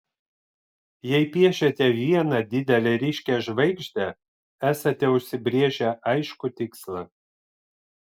jei piešiate vieną didelę ryškią žvaigždę esate užsibrėžę aiškų tikslą